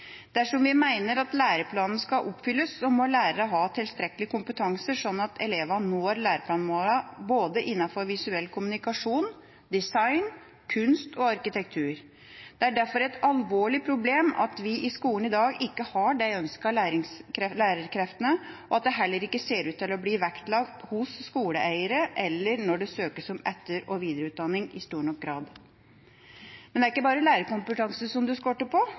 Dersom vi mener at læreplanen skal oppfylles, må lærerne ha tilstrekkelig kompetanse, slik at elevene når læreplanmålene innenfor både visuell kommunikasjon, design, kunst og arkitektur. Det er derfor et alvorlig problem at vi i skolen i dag ikke har de ønskede lærerkreftene, og at det heller ikke ser ut til å bli vektlagt verken hos skoleeiere eller når det søkes om etter- og videreutdanning, i stor nok grad. Men det er ikke bare lærerkompetansen det skorter på.